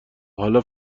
حالا